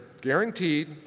guaranteed